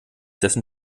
dessen